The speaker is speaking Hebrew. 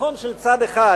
ניצחון של צד אחד